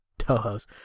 Toho's